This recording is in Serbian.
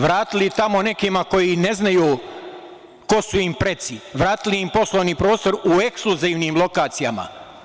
Vratili tamo nekima koji ne znaju ko su im preci, vratili im poslovni prostor u ekskluzivnim lokacijama.